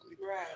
right